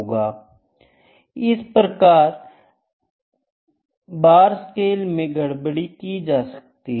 इस तरह हर बार स्केल में गड़बड़ी की जा सकती है